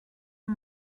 amb